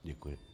Děkuji.